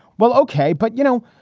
well, ok. but, you know,